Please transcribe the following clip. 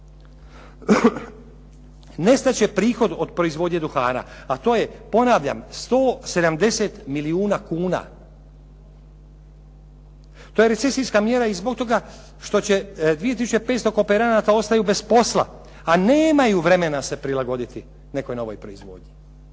Nestat će prihod od proizvodnje duhana, a to je ponavljam 170 milijuna kuna. To je recesijska mjera i zbog toga što će 2 tisuće 500 kooperanata ostaju bez posla, a nemaju vremena se prilagoditi nekoj novoj proizvodnji.